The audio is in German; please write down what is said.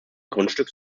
grundstück